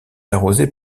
arrosée